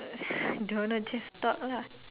don't know just talk lah